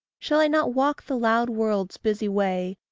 shall i not walk the loud world's busy way,